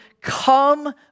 come